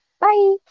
Bye